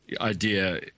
idea